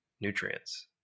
nutrients